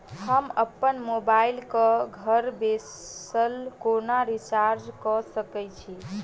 हम अप्पन मोबाइल कऽ घर बैसल कोना रिचार्ज कऽ सकय छी?